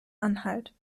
anhalt